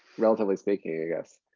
relatively speaking, i guess.